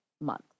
month